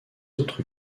autres